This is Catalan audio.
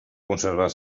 conservar